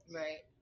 right